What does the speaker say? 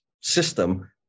system